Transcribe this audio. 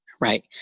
Right